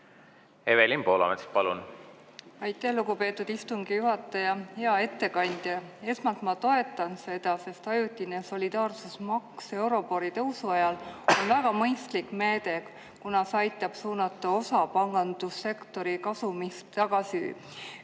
Evelin Poolamets, palun! Aitäh, lugupeetud istungi juhataja! Hea ettekandja! Esmalt ma toetan seda, sest ajutine solidaarsusmaks euribori tõusu ajal on väga mõistlik meede, kuna see aitab suunata osa pangandussektori kasumist tagasi